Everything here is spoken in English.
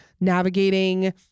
navigating